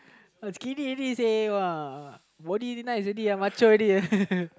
uh skinny already seh body already nice already macho already